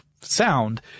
sound